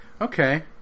okay